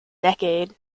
decade